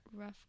Rough